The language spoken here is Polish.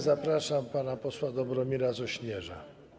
Zapraszam pana posła Dobromira Sośnierza.